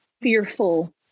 fearful